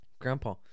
Grandpa